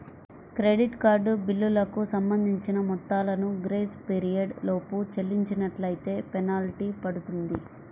credit card బిల్లులకు సంబంధించిన మొత్తాలను గ్రేస్ పీరియడ్ లోపు చెల్లించనట్లైతే ఫెనాల్టీ పడుతుంది